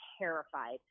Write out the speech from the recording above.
terrified